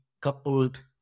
coupled